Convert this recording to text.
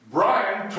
Brian